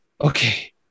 okay